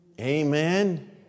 Amen